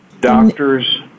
Doctors